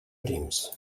prims